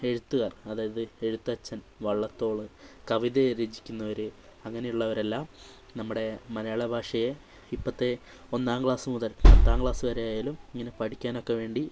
എഴുത്തുകാർ അതായത് എഴുത്തച്ഛൻ വള്ളത്തോൾ കവിത രചിക്കുന്നവർ അങ്ങനെയുള്ളവരെല്ലാം നമ്മുടെ മലയാള ഭാഷയെ ഇപ്പോഴത്തെ ഒന്നാം ക്ലാസ് മുതൽ പത്താം ക്ലാസ് വരെ ആയാലും ഇങ്ങനെ പഠിക്കാനൊക്കെ വേണ്ടി